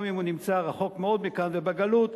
גם אם הוא נמצא רחוק מאוד מכאן, ובגלות,